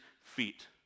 feet